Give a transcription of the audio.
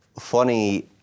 funny